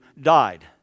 died